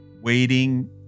waiting